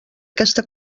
aquesta